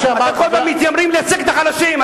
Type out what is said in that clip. אתם כל פעם מתיימרים לייצג את החלשים,